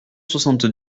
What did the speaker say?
soixante